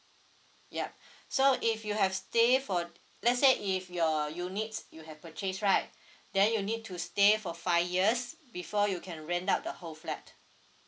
yup so if you have stay for let's say if your units you have purchase right then you need to stay for five years before you can rent out the whole flat